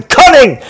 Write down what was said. cunning